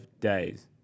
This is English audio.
days